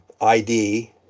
ID